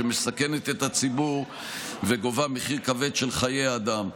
שמסכנת את הציבור וגובה מחיר כבד של חיי אדם.